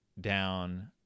down